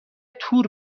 تور